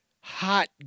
hot